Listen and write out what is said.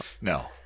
No